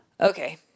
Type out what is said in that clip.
Okay